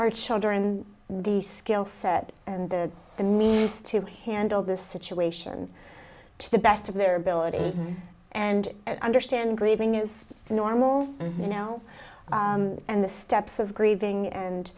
our children the skill set and the the needs to handle this situation to the best of their ability and understand grieving is normal you know and the steps of grieving and